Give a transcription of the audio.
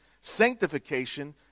sanctification